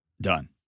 done